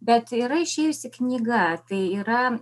bet yra išėjusi knyga tai yra